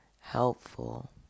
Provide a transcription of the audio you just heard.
helpful